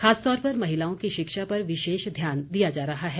खासतौर पर महिलाओं की शिक्षा पर विशेष ध्यान दिया जा रहा है